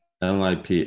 LIP